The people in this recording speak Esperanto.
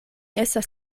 estas